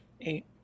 eight